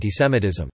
antisemitism